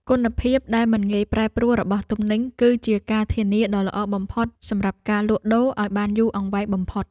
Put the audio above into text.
គុណភាពដែលមិនងាយប្រែប្រួលរបស់ទំនិញ គឺជាការធានាដ៏ល្អបំផុតសម្រាប់ការលក់ដូរឱ្យបានយូរអង្វែងបំផុត។